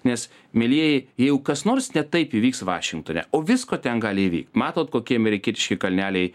nes mielieji jeigu kas nors ne taip įvyks vašingtone o visko ten gali įvykt matot kokie amerikietiški kalneliai